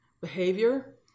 behavior